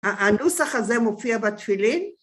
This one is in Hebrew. הנוסח הזה מופיע בתפילין.